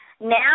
Now